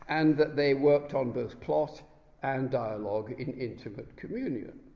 and that they worked on both plot and dialogue in intimate communion.